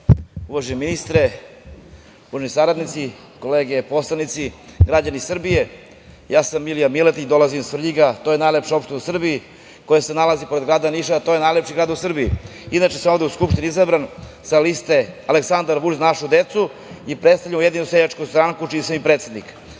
ministre, uvaženi saradnici, kolege poslanici, građani Srbije, ja sam Milija Miletić, dolazim iz Svrljiga. To je najlepša opština u Srbiji koja se nalazi pored grada Niša, a to je najlepši grad u Srbiji. Inače sam ovde u Skupštini izabran sa liste „Aleksandar Vučić – Za našu decu“ i predstavljam Ujedinjenu seljačku stranku, čiji sam i predsednik. Ja